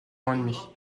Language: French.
ans